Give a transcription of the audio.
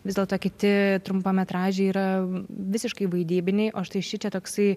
vis dėlto kiti trumpametražiai yra visiškai vaidybiniai o štai šičia toksai